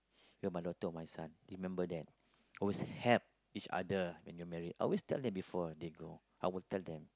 know my daughter or my son remember them always have each other in your marriage I always tell them before they go I will tell them